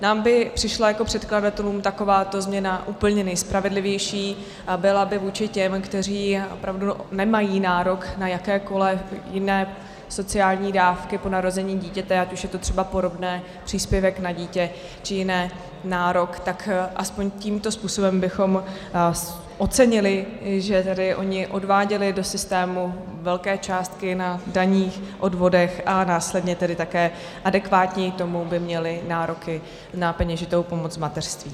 Nám jako předkladatelům by přišla takováto změna úplně nejspravedlivější a byla by vůči těm, kteří opravdu nemají nárok na jakékoli jiné sociální dávky po narození dítěte, ať už je to třeba porodné, příspěvek na dítě, či jiný nárok, tak aspoň tímto způsobem bychom ocenili, že oni odváděli do systému velké částky na daních, odvodech a následně také adekvátní tomu by měli nároky na peněžitou pomoc v mateřství.